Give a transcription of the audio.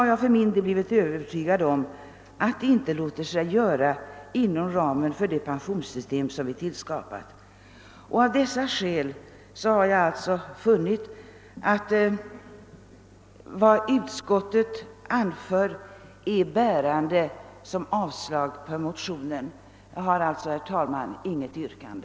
Jag har alltså funnit att de skäl som utskottet anför för avslag på motionerna är bärande. Jag har, herr talman, inget yrkande.